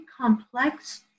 complex